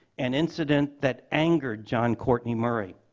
an incident that angered john courtney murray.